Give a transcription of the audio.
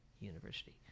University